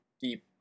deep